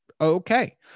okay